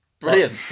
Brilliant